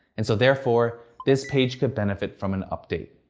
and so therefore, this page could benefit from an update.